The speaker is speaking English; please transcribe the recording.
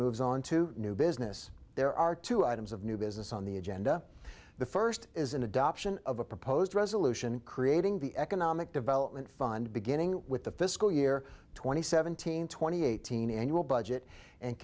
moves on to new business there are two items of new business on the agenda the first is an adoption of a proposed resolution creating the economic development fund beginning with the fiscal year twenty seventeen twenty eighteen annual budget and